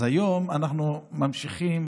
היום אנחנו ממשיכים